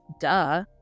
duh